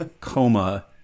coma